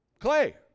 clay